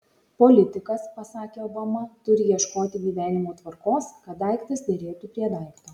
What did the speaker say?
politikas pasakė obama turi ieškoti gyvenimo tvarkos kad daiktas derėtų prie daikto